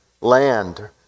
land